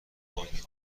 بانک